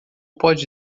pode